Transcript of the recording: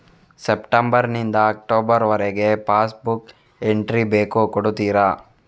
September ನಿಂದ October ವರಗೆ passbook entry ಬೇಕು ಕೊಡುತ್ತೀರಾ?